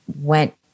went